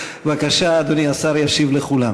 בבקשה, אדוני השר ישיב לכולם.